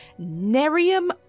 nerium